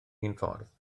unffordd